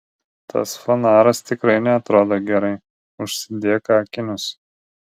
tas fanaras tikrai neatrodo gerai užsidėk akinius